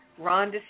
Ron